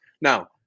Now